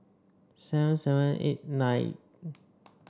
seven seven eight nine